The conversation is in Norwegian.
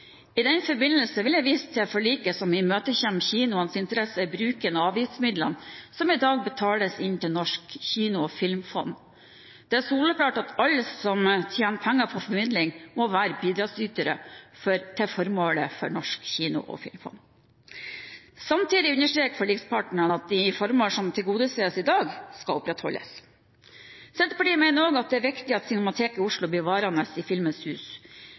I den forbindelse vil jeg vise til forliket som imøtekommer kinoenes interesser i bruken av avgiftsmidlene som i dag betales inn til Norsk kino- og filmfond. Det er soleklart at alle som tjener penger på formidling, må være bidragsytere til formålet for Norsk kino- og filmfond. Samtidig understreker forlikspartnerne at de formål som tilgodeses i dag, skal opprettholdes. Senterpartiet mener også det er viktig at Cinemateket i Oslo blir værende i